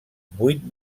vuit